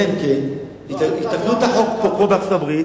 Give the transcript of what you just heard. אלא אם כן יתקנו את החוק וזה יהיה כמו בארצות-הברית